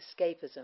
escapism